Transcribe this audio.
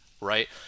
right